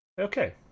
Okay